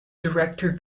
director